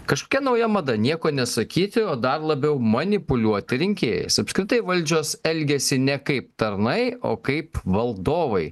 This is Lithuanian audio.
kažkokia nauja mada nieko nesakyti o dar labiau manipuliuoti rinkėjais apskritai valdžios elgiasi ne kaip tarnai o kaip valdovai